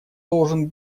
должен